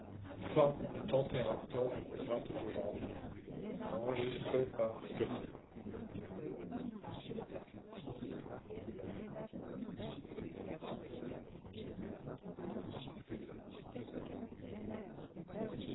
du au janvier